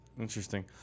Interesting